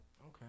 Okay